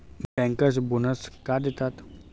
Bankers bonus का देतात?